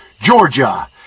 Georgia